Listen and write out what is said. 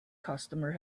customer